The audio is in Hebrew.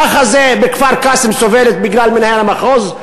ככה כפר-קאסם סובל בגלל מנהל המחוז,